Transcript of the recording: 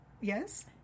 Yes